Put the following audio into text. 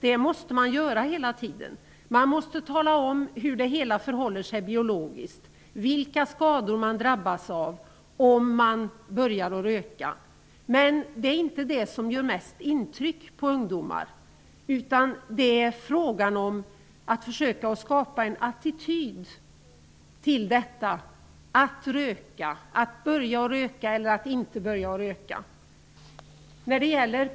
Det måste man göra hela tiden, man måste tala om hur det hela förhåller sig biologiskt, vilka skador den drabbas av som börjar röka, men det är inte detta som gör mest intryck på ungdomar. Det är frågan om att försöka skapa en attityd till att röka, att börja röka eller inte börja röka.